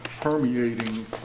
permeating